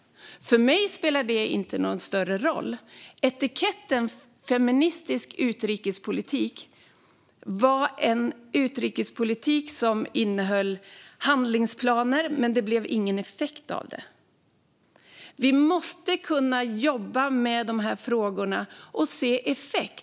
För mig spelar det inte någon större roll. Under etiketten feministisk utrikespolitik fanns en utrikespolitik som innehöll handlingsplaner som det inte blev någon effekt av. Vi måste kunna jobba med de här frågorna och se effekt.